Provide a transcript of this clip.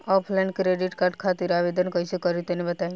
Offline credit card खातिर आवेदन कइसे करि तनि बताई?